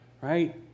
Right